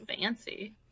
fancy